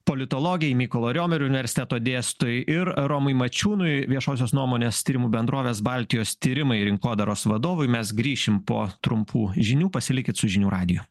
politologei mykolo riomerio universiteto dėstytojai ir romui mačiūnui viešosios nuomonės tyrimų bendrovės baltijos tyrimai rinkodaros vadovui mes grįšim po trumpų žinių pasilikit su žinių radiju